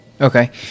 Okay